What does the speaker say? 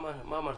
מה אמרתי?